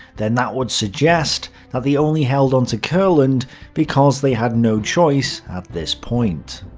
then that would suggest that they only held onto courland because they had no choice at this point.